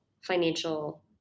financial